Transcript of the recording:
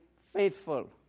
faithful